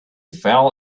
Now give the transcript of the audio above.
fell